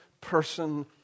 person